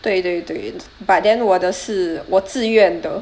对对对 but then 我的是我自愿的